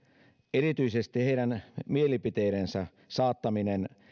erityisesti heidän mielipiteidensä saattaminen